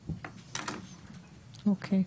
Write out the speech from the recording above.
אוקיי.